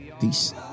Peace